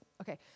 okay